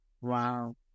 Wow